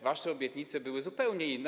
Wasze obietnice były zupełnie inne.